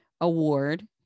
award